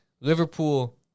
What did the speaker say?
Liverpool